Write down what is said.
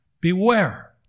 beware